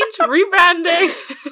rebranding